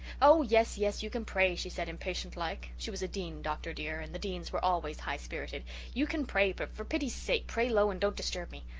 oh yes, yes, you can pray she said impatient-like she was a dean, dr. dear, and the deans were always high-spirited you can pray, but for pity's sake pray low and don't disturb me.